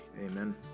amen